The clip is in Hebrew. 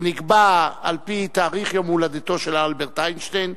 שנקבע על-פי תאריך יום הולדתו של אלברט איינשטיין,